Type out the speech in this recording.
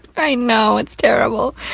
i know, it's terrible.